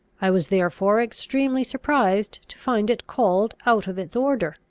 i was therefore extremely surprised to find it called out of its order,